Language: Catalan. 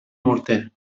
morter